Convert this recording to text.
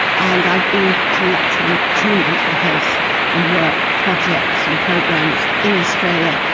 and i've been to lecture on two mental health and work projects and programs in australia.